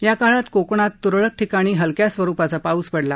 या काळात कोकणात तुरळक ठिकाणी हलक्या स्वरुपाचा पाऊस पडला